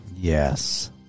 Yes